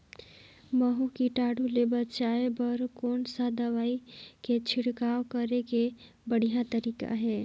महू कीटाणु ले बचाय बर कोन सा दवाई के छिड़काव करे के बढ़िया तरीका हे?